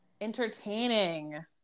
entertaining